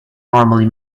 normally